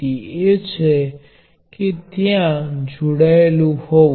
હવે ઓહ્મ નો નિયમ આપણે જાણીએ છીએ કે V1 એ I R1 V2 એ I R 2 અને V3 એ I R3 છે